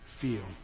feel